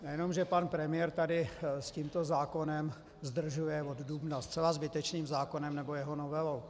Já jenom že pan premiér tady s tímto zákonem zdržuje od dubna, zcela zbytečným zákonem, nebo jeho novelou.